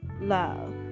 love